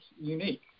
unique